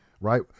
right